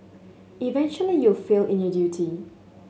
eventually you will fail in your duty